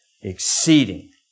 Exceeding